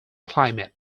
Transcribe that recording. climate